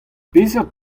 peseurt